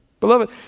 Beloved